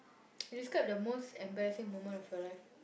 describe the most embarrassing moment of your life